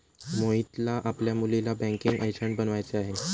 मोहितला आपल्या मुलीला बँकिंग एजंट बनवायचे आहे